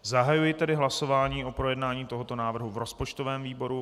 Zahajuji hlasování o projednání tohoto návrhu v rozpočtovém výboru.